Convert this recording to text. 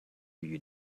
you